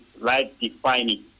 life-defining